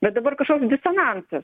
bet dabar kažkoks disonansas